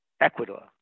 Ecuador